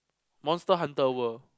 Monster Hunter World